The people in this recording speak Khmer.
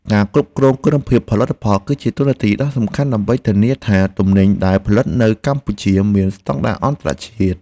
ការគ្រប់គ្រងគុណភាពផលិតផល គឺជាតួនាទីដ៏សំខាន់ដើម្បីធានាថាទំនិញដែលផលិតនៅកម្ពុជាមានស្តង់ដារអន្តរជាតិ។